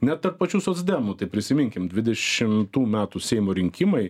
net tarp pačių socdemų tai prisiminkim dvidešimtų metų seimo rinkimai